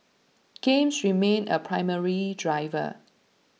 games remain a primary driver